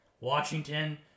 Washington